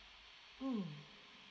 mm